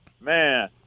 Man